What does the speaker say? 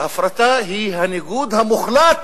ההפרטה היא הניגוד המוחלט